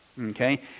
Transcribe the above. Okay